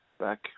back